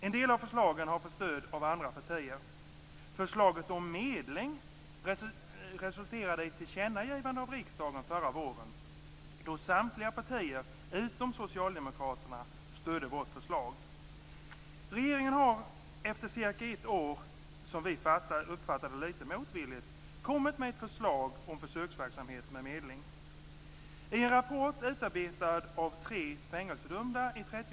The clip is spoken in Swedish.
En del av förslagen har fått stöd av andra partier. Förslaget om medling resulterade i ett tillkännagivande av riksdagen förra våren, då samtliga partier utom socialdemokraterna stödde vårt förslag. Regeringen har efter cirka ett år litet motvilligt, som vi uppfattar det, kommit med ett förslag om försöksverksamhet med medling.